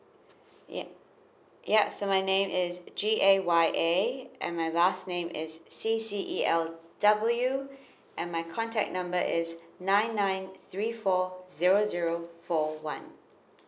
ya ya so my name is G A Y A and last name is C C E L W and my contact number is nine nine three four zero zero four one